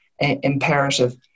imperative